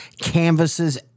canvases